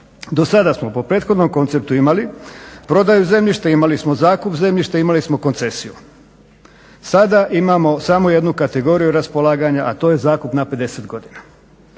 do sada smo po prethodnom konceptu imali prodaju zemljišta imali smo zakup zemljišta, imali smo koncesiju. Sada imamo samo jednu kategoriju raspolaganja, a to je zakup na 50 godina.